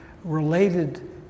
related